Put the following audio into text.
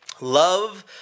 Love